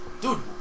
dude